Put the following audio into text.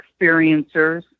experiencers